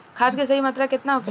खाद्य के सही मात्रा केतना होखेला?